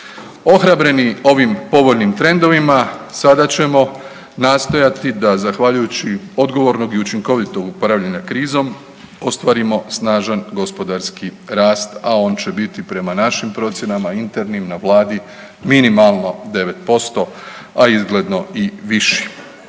Ohrabreni ovim povoljnim trendovima sada ćemo nastojati da zahvaljujući odgovornog i učinkovito upravljanja krizom ostvarimo snažan gospodarski rast, a on će biti prema našim procjenama internim na Vladi minimalno 9%, a izgledno i viši.